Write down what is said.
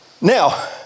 Now